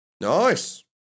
Nice